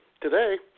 today